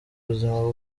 buzima